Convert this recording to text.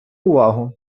увагу